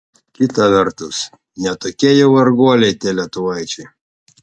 kita vertus ne tokie jau varguoliai tie lietuvaičiai